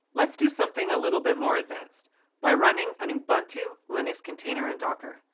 let's do something a little bit more advanced by running an ubuntu linux container in docker.